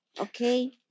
okay